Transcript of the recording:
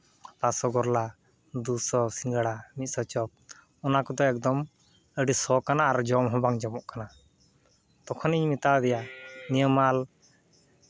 ᱨᱚᱥᱚᱜᱚᱨᱞᱟ ᱫᱩᱥᱚ ᱥᱤᱸᱜᱟᱹᱲᱟ ᱢᱤᱫ ᱥᱚ ᱪᱚᱯ ᱚᱱᱟ ᱠᱚᱫᱚ ᱮᱠᱫᱚᱢ ᱟᱹᱰᱤ ᱥᱚ ᱠᱟᱱᱟ ᱟᱨ ᱡᱚᱢ ᱦᱚᱸ ᱵᱟᱝ ᱡᱚᱢᱚᱜ ᱠᱟᱱᱟ ᱛᱚᱠᱷᱚᱱᱤᱧ ᱢᱮᱛᱟᱫᱮᱭᱟ ᱱᱤᱭᱟᱹ ᱢᱟᱞ